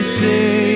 say